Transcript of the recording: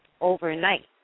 overnight